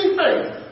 faith